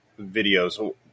videos